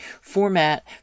format